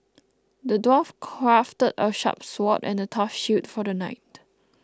the dwarf crafted a sharp sword and a tough shield for the knight